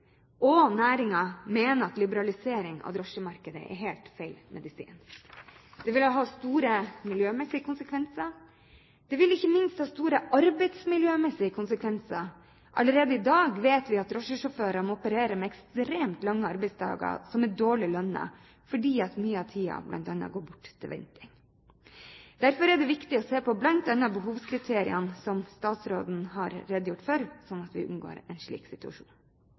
og næringen mener at en liberalisering av drosjemarkedet er helt feil medisin. Det vil ha store miljømessige konsekvenser, og det vil ikke minst ha store arbeidsmiljømessige konsekvenser. Allerede i dag vet vi at drosjesjåførene opererer med ekstremt lange arbeidsdager, og de er dårlig lønnet fordi mye av tiden bl.a. går bort til venting. Derfor er det viktig å se på bl.a. behovskriteriene som statsråden har redegjort for, slik at vi unngår en slik situasjon.